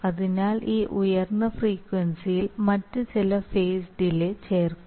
അതിനാൽ ഈ ഉയർന്ന ഫ്രീക്വൻസിയിൽ മറ്റ് ചില ഫേസ് ഡിലേ ചേർക്കും